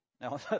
Now